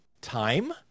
time